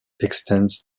extends